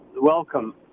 Welcome